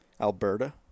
Alberta